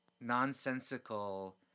nonsensical